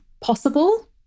possible